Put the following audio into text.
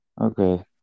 Okay